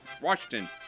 Washington